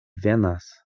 venas